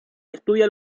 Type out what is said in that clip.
estudia